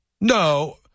No